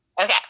Okay